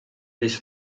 this